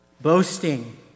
Boasting